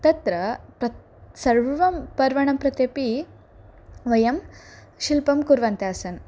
तत्र प्रत्येकं सर्वं पर्वणं प्रत्यपि वयं शिल्पं कुर्वन्तः आसन्